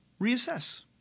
reassess